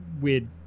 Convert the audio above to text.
weird